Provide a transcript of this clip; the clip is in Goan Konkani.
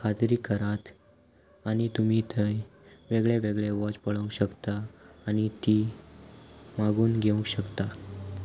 खात्री करात आनी तुमी थंय वेगळे वेगळे वॉच पळोवंक शकता आनी ती मागून घेवंक शकता